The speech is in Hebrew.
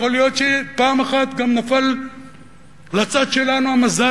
יכול להיות שפעם אחת גם נפל לצד שלנו המזל.